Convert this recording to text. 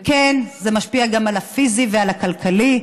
וכן, זה משפיע גם על הפיזי ועל הכלכלי,